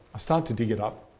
i started to dig it up.